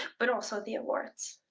but also the awards.